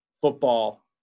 football